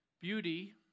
beauty